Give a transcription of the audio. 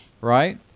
Right